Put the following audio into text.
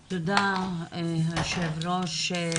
תודה, היושב-ראש.